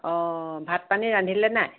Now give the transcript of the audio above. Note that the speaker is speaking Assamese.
অ ভাত পানী ৰান্ধিলে নাই